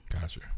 Gotcha